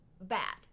bad